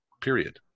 period